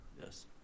Yes